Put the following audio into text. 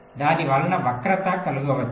దాని వలన వక్రత కలుగవచ్చు